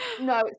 no